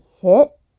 hit